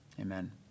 Amen